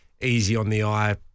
easy-on-the-eye